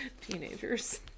Teenagers